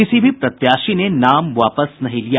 किसी भी प्रत्याशी ने नाम वापस नहीं लिया